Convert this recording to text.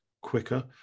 quicker